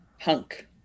hunk